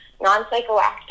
non-psychoactive